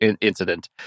incident